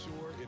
sure